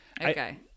Okay